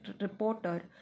reporter